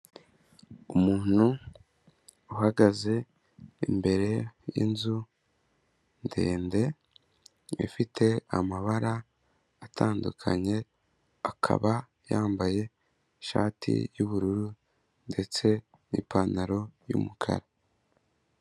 Umuntu uhagaze imbere y'inzu ndende, ifite amabara atandukany, akaba yambaye ishati y'ubururu ndetse n'ipantaro y'umukara.